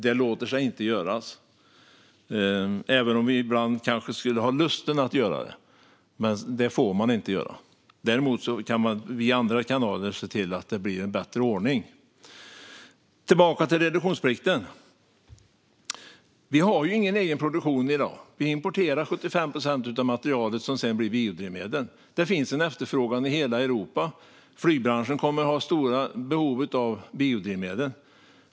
Det låter sig inte göras, även om vi ibland kanske skulle ha lust att göra det. Men det får man inte göra. Däremot kan man via andra kanaler se till att det blir en bättre ordning. Tillbaka till reduktionsplikten. Vi har ju ingen egen produktion i dag. Vi importerar 75 procent av det material som sedan blir biodrivmedel. Det finns en efterfrågan i hela Europa. Flygbranschen kommer att ha stora behov av biodrivmedel.